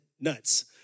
nuts